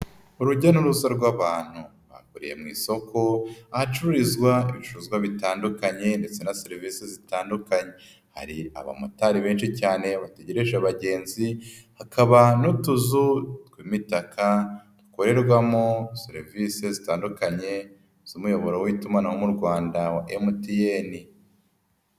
Urujya n'uruza rw'abantu bakuriye mu isoko, ahacururizwa ibicuruzwa bitandukanye ndetse na serivisi zitandukanye, hari abamotari benshi cyane bategereje abagenzi, hakaba n'utuzu tw'imitaka, hakorerwamo serivisi zitandukanye z'umuyoboro w'itumanaho mu Rwanda MTN.